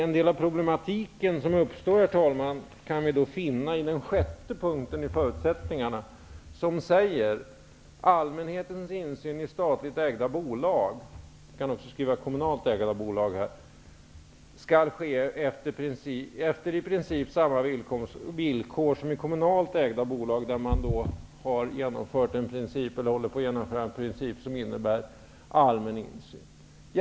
En del av den problematik, herr talman, som uppstår återfinns under den sjätte punkten när det gäller förutsättningarna, nämligen: Allmänhetens insyn i statligt ägda bolag -- man kan också skriva kommunalt ägda bolag -- skall ske efter i princip samma villkor som i kommunalt ägda bolag. Där håller man på att genomdriva en princip som innebär allmän insyn.